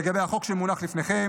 לגבי החוק שמונח לפניכם,